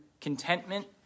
contentment